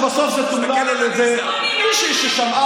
ואתה יודע שבסוף זה תומלל על ידי מישהי ששמעה,